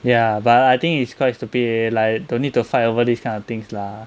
ya but I think it's quite stupid leh like don't need to fight over these kind of things lah